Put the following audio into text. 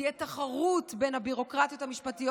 תהיה תחרות בין הביורוקרטיות המשפטיות